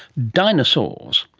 dinosaurs.